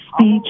speech